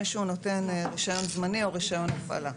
שהוא נותן רישיון זמני או רישיון הפעלה.